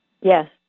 Yes